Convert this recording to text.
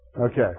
Okay